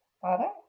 Father